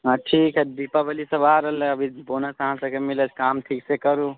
हँ ठीक हइ दीपावलीसब आ रहल हइ अभी बोनस अहाँ सबके मिलत काम ठीकसँ करू